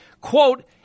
Quote